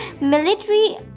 military